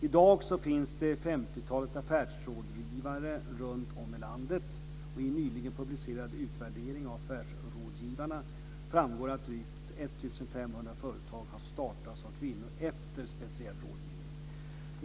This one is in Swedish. I dag finns det ett femtiotal affärsrådgivare runtom i landet. I en nyligen publicerad utvärdering av affärsrådgivarna framgår att drygt 1 500 företag har startats av kvinnor efter speciell rådgivning.